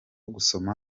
gusoma